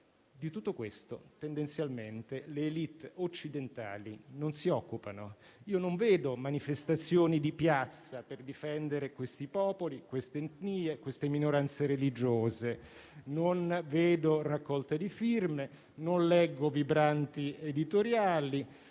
Di tutto questo tendenzialmente le *élite* occidentali non si occupano. Io non vedo manifestazioni di piazza per difendere questi popoli, queste etnie, queste minoranze religiose; non vedo raccolte di firme, non leggo vibranti editoriali,